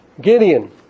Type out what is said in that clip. Gideon